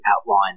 outline